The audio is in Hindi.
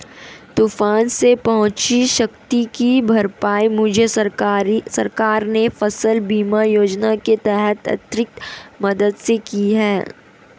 तूफान से पहुंची क्षति की भरपाई मुझे सरकार ने फसल बीमा योजना के तहत आर्थिक मदद से की है